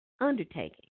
undertaking